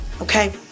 okay